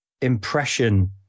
impression